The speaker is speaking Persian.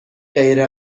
غیر